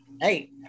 Hey